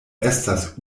estas